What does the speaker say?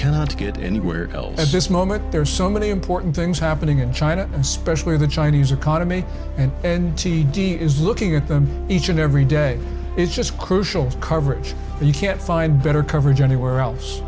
cannot get anywhere else at this moment there are so many important things happening in china especially the chinese economy and and t d is looking at them each and every day is just crucial coverage you can't find better coverage anywhere else